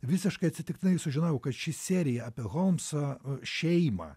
visiškai atsitiktinai sužinojau kad ši serija apie holmsą šeimą